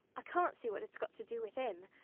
i can't see what it's got to do with him.